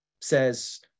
says